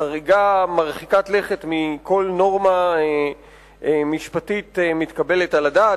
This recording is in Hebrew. חריגה מרחיקת לכת מכל נורמה משפטית מתקבלת על הדעת.